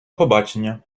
побачення